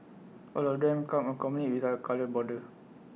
all of them come accompanied with A coloured border